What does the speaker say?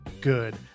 good